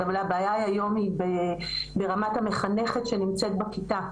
אבל הבעיה היא היום היא ברמת המחנכת שנמצאת בכיתה,